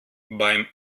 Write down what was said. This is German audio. beim